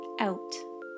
out